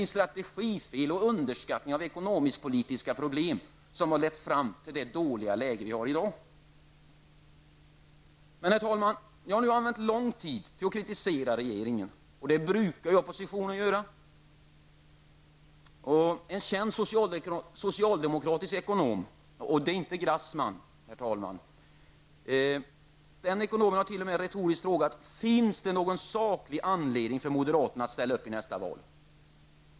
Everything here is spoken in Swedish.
Strategifel och underskattning av ekonomiskpolitiska problem har lett fram till det dåliga läge vi har i dag. Herr talman! Jag har nu använt lång tid till att kritisera regeringen. Det brukar oppositionen göra. En känd socialdemokratisk ekonom -- det är inte Grassman -- har t.o.m. retoriskt frågat om det finns någon saklig anledning för moderaterna att ställa upp i nästa val.